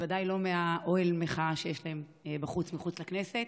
בוודאי לא מאוהל המחאה שיש להם בחוץ, מחוץ לכנסת.